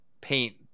paint